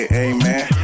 amen